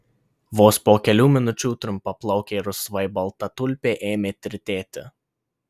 vos po kelių minučių trumpaplaukė rusvai balta tulpė ėmė tirtėti